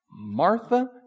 Martha